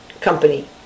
company